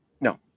No